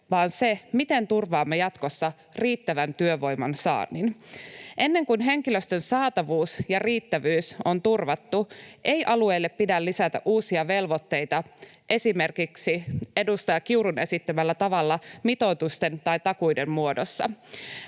vaan se, miten turvaamme jatkossa riittävän työvoiman saannin. Ennen kuin henkilöstön saatavuus ja riittävyys on turvattu, ei alueille pidä lisätä uusia velvoitteita esimerkiksi edustaja Kiurun esittämällä tavalla mitoitusten tai takuiden muodossa.